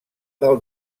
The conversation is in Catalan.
del